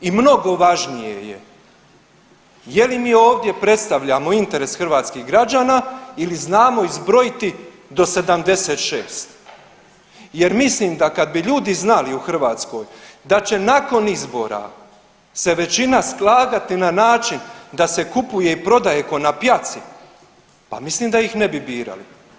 I mnogo važnije je je li mi ovdje predstavljamo interes hrvatskih građana ili znamo izbrojiti do 76, jer mislim da kad bi ljudi znali u Hrvatskoj da će nakon izbora se većina skladati na način da se kupuje i prodaje ko na pjaci, pa mislim da ih ne bi birali.